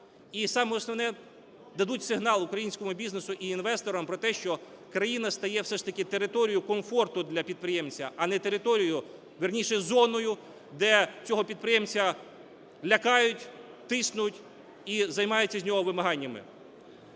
і саме основне, дадуть сигнал українському бізнесу і інвесторам про те, що країна стає все ж таки територією комфорту для підприємця, а не територією, вірніше, зоною, де цього підприємця лякають, тиснуть і займаються із нього вимаганнями.